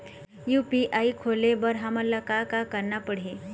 UPI खोले बर हमन ला का का करना पड़ही?